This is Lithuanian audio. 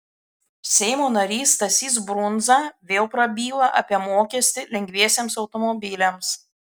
seimo narys stasys brundza vėl prabyla apie mokestį lengviesiems automobiliams